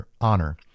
honor